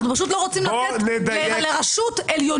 אבל אנחנו פשוט לא רוצים לתת לרשות עליונות